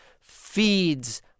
feeds